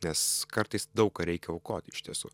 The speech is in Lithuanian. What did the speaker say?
nes kartais daug ką reikia aukoti iš tiesų